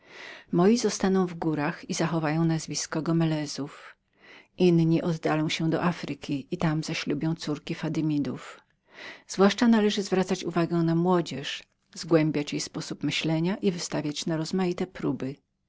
moi zostaną w górach i zachowają nazwisko gomelezów inni oddalą się do afryki i tam zaślubią córki fatymitów zwłaszcza należy zwracać uwagę na młodzież zgłębiać jej sposób myślenia i wystawiać na rozmaite próby